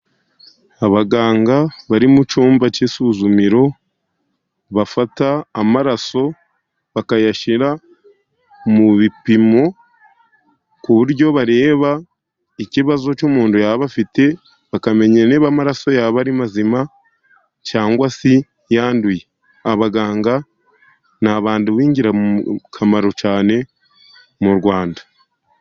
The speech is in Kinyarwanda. abaganga bari mu cyumba cy'isuzumiro bafata amaraso bakayashyira mu bipimo, ku buryo bareba ikibazo cy'umuntu yaba afite, bakamenya niba amaraso yabo ari mazima, cyangwa se yanduye. Abaganga ni abantu b' ingirakamaro cyane mu Rwanda.